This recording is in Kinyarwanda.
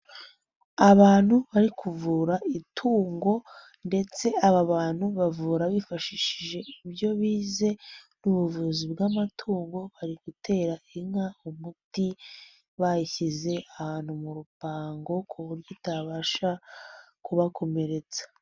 Abantu bari kuvura itungo ndetse aba bantu bavura bifashishije ibyo bize, ni ubuvuzi bw'amatungo, bari gutera inka umuti bayishyize ahantu mu rupango, ku buryo itabasha kubakomeretsa.